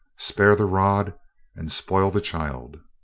spare the rod and spoil the child!